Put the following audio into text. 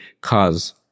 cause